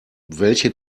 welche